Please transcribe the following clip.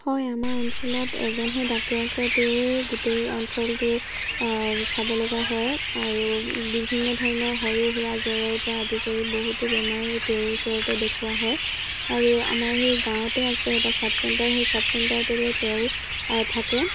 হয় আমাৰ অঞ্চলত এজনহে ডাক্তৰ আছে তেওঁৱেই গোটেই অঞ্চলটোৰ চাব লগা হয় আৰু বিভিন্ন ধৰণৰ সৰু সুৰা জ্বৰৰ পৰা আদি কৰি বহুতো বেমাৰ তেওঁৰ ওচৰতে দেখুওৱা হয় আৰু আমাৰ সেই গাঁৱতে আছে এটা চাব চেণ্টাৰ সেই চাব চেণ্টাৰতে তেওঁ থাকে